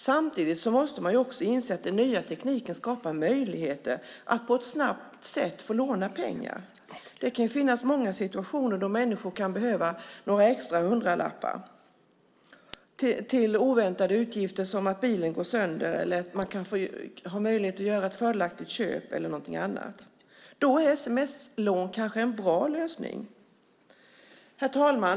Samtidigt måste man också inse att den nya tekniken skapar möjligheter att på ett snabbt sätt låna pengar. Det kan finnas många situationer då människor kan behöva några extra hundralappar till oväntade utgifter. Det kan handla om att bilen går sönder, att man har möjlighet att göra ett fördelaktigt köp eller någonting annat. Då är sms-lån kanske en bra lösning. Herr talman!